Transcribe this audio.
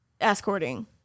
escorting